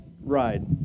ride